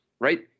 right